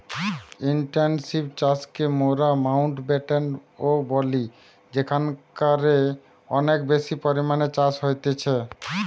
intensive চাষকে মোরা মাউন্টব্যাটেন ও বলি যেখানকারে অনেক বেশি পরিমাণে চাষ হতিছে